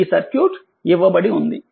కాబట్టిఈసర్క్యూట్ ఇవ్వబడి ఉంది